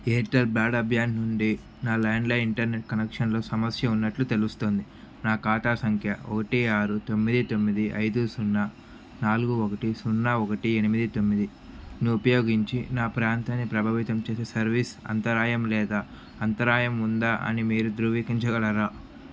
Airtel broadband నుండి నా landline internet కనెక్షన్లో సమస్య ఉన్నట్లు తెలుస్తోంది నా ఖాతా సంఖ్య ఒకటి ఆరు తొమ్మిది తొమ్మిది ఐదు సున్నా నాలుగు ఒకటి సున్నా ఒకటి ఎనిమిది తొమ్మిదిను ఉపయోగించి నా ప్రాంతాన్ని ప్రభావితం చేసే సర్వీస్ అంతరాయం లేదా అంతరాయం ఉందా అని మీరు ధృవీకరించగలరా